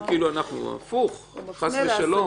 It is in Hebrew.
להפך, חס ושלום.